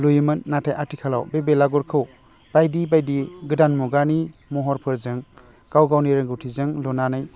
लुयोमोन नाथाय आथिखालाव बे बेलागुरखौ बायदि बायदि गोदान मुगानि महरफोरजों गाव गावनि रोंगौथिजों लुनानै